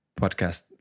podcast